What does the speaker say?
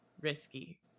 risky